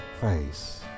face